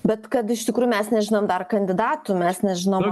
bet kad iš tikrųjų mes nežinom dar kandidatų mes nežinom